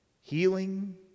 healing